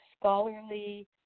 scholarly